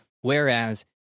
whereas